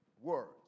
words